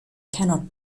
cannot